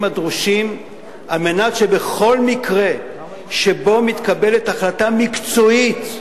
הדרושים על מנת שבכל מקרה שבו מתקבלת החלטה מקצועית,